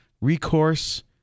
Recourse